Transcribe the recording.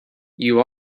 you